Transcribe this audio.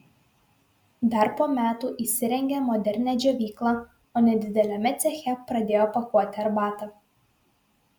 dar po metų įsirengė modernią džiovyklą o nedideliame ceche pradėjo pakuoti arbatą